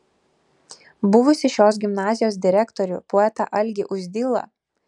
buvusį šios gimnazijos direktorių poetą algį uzdilą